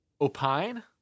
Opine